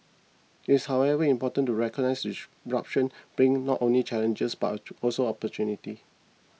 it's however important to recognise disruption brings not only challenges but also opportunities